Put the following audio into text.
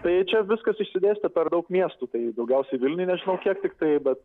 tai čia viskas išsidėstę per daug miestų tai daugiausiai vilniuj nežinau kiek tiktai bet